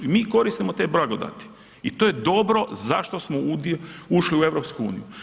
I mi koristimo te blagodati i to je dobro zašto smo ušli u EU.